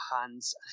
hands